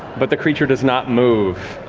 but the creature does not move.